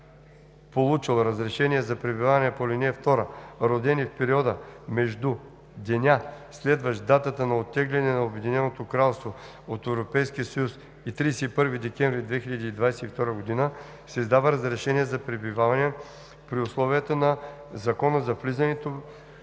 получил разрешение за пребиваване по ал. 2, родени в периода между деня, следващ датата на оттегляне на Обединеното кралство от Европейския съюз, и 31 декември 2022 г., се издава разрешение за пребиваване при условията на Закона за влизането,